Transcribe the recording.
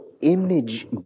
image